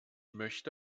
möchte